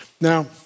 Now